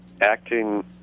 acting